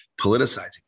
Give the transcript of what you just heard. politicizing